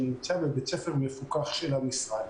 שנמצא בבית הספר מכוח של המשרד.